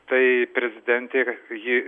tai prezidentė ji